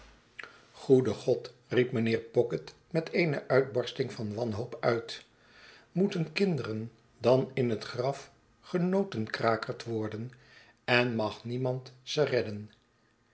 goede god i riep mijnheer pocket met eene uitbarsting van wanhoop uit moeten kinderen dan in hetgraf genotenkrakerd worden en mag niemand ze redden